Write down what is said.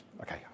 okay